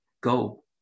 go